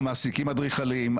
אנחנו מעסיקים אדריכלים,